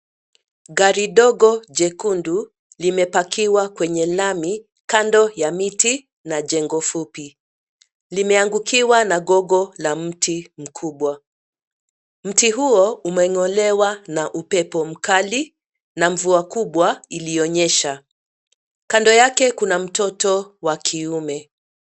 Gari ndogo jekundu limepakiwa kwenye lami kando ya miti na jengo fupi, limeangukiwa na gogo la mti mkubwa. Mti huo umeng'olewa na upepo mkali na mvua kubwa iliyonyesha. Kando yake kuna mtoto wa kiume.